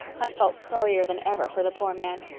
i felt sorrier than ever for the poor man.